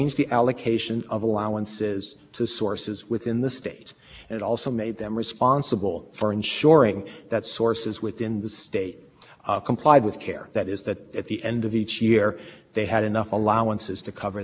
their emissions that was the purpose of promulgating the care seps no it was not based on any analysis independent analysis that the states had demonstrated that they had met their interstate transport obligations it was based